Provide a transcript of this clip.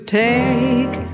take